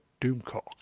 Doomcock